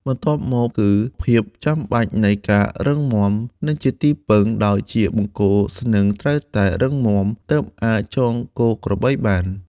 បន្ទាប់មកគឺ ភាពចាំបាច់នៃការរឹងមាំ និងជាទីពឹង ដោយជាបង្គោលស្នឹងត្រូវតែរឹងមាំ ទើបអាចចងគោក្របីបាន។